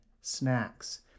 Snacks